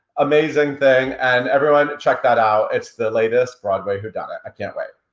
amazing thing. and everyone check that out, it's the latest broadway whodunit? i can't wait.